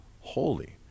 holy